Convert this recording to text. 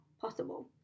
possible